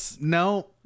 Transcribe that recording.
No